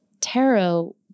tarot